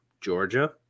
Georgia